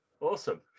Awesome